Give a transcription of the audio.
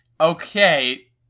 okay